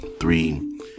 three